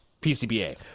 PCBA